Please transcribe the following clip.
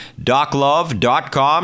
doclove.com